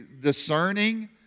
discerning